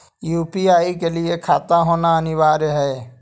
UPI के लिए खाता होना अनिवार्य है?